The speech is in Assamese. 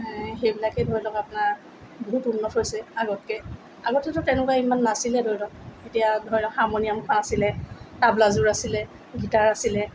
সেইবিলাকেই ধৰি লওক আপোনাৰ বহুত উন্নত হৈছে আগতকৈ আগতেতো তেনেকুৱা ইমান নাছিলে ধৰি লওক তেতিয়া ধৰি লওক হাৰমণিয়ামখন আছিলে তাবলাযোৰ আছিলে গীটাৰ আছিলে